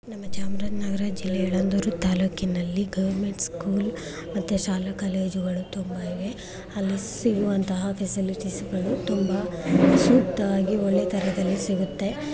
ನಮ್ಮ ಚಾಮರಾಜ್ನಗರ ಜಿಲ್ಲೆ ಯಳಂದೂರು ತಾಲೂಕಿನಲ್ಲಿ ಗೌರ್ಮೆಂಟ್ ಸ್ಕೂಲ್ ಮತ್ತು ಶಾಲಾ ಕಾಲೇಜುಗಳು ತುಂಬ ಇವೆ ಅಲ್ಲಿ ಸಿಗುವಂತಹ ಫೆಸಿಲಿಟೀಸ್ಗಳು ತುಂಬ ಸೂಕ್ತವಾಗಿ ಒಳ್ಳೆಯ ಥರದಲ್ಲಿ ಸಿಗುತ್ತೆ